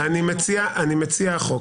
אני מציע החוק,